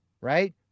Right